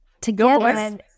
Together